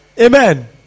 Amen